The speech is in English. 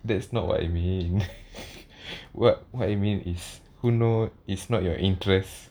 that's not what I mean what what you mean is who know it's not your interest